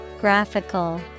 Graphical